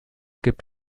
gibt